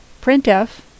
printf